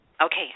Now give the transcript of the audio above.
Okay